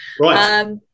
Right